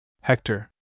Hector